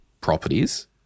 properties